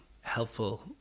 helpful